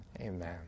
amen